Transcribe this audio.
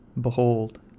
Behold